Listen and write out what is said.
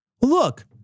Look